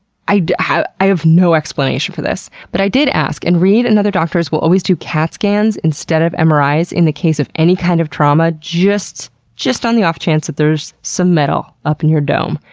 i have i have no explanation for this. but i did ask, and reid and other doctors will always do cat scans instead of and mris in the case of any kind of trauma just just on the off chance that there's some metal up in your dome.